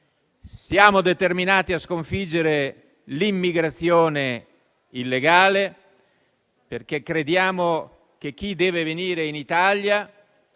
Siamo determinati a sconfiggere l'immigrazione illegale, perché crediamo che chi deve venire in Italia